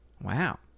Wow